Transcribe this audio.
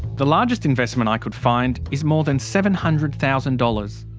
the largest investment i could find is more than seven hundred thousand dollars.